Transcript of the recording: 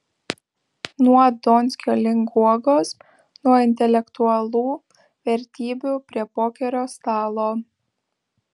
nuo donskio link guogos nuo intelektualų vertybių prie pokerio stalo